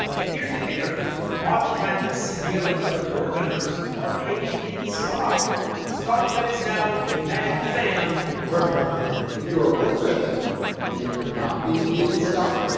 and here's the kicker oftentimes the ceo and other board members are paid in stock stock that is now, magikazam, worth more money if you're a worker at that company and you're not being paid in stock,